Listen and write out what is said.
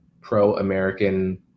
pro-American